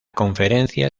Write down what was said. conferencia